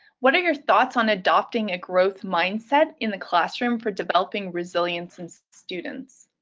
what are your thoughts on adopting a growth mindset in the classroom for developing resilience in students?